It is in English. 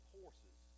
horses